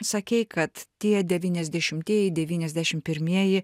sakei kad tie devyniasdešimtieji devyniasdešim pirmieji